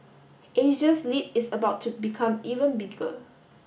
Asia's lead is about to become even bigger